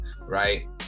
right